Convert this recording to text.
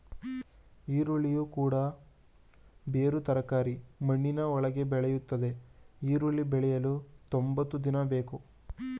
ಈರುಳ್ಳಿಯು ಕೂಡ ಬೇರು ತರಕಾರಿ ಮಣ್ಣಿನ ಒಳಗೆ ಬೆಳೆಯುತ್ತದೆ ಈರುಳ್ಳಿ ಬೆಳೆಯಲು ತೊಂಬತ್ತು ದಿನ ಬೇಕು